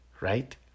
Right